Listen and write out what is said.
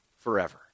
forever